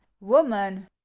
woman